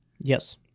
Yes